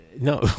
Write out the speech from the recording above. No